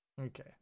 Okay